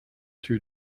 two